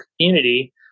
community